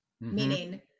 meaning